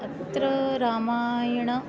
अत्र रामायणं